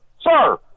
Sir